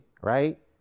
right